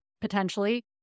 Potentially